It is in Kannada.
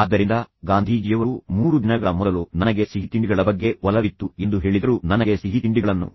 ಆದ್ದರಿಂದ ಗಾಂಧೀಜಿಯವರು 3 ದಿನಗಳ ಮೊದಲು ನನಗೆ ಸಿಹಿತಿಂಡಿಗಳ ಬಗ್ಗೆ ಒಲವಿತ್ತು ಎಂದು ಹೇಳಿದರು ನನಗೆ ಸಿಹಿತಿಂಡಿಗಳನ್ನು